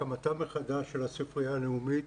הקמתה מחדש של הספרייה הלאומית,